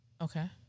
Okay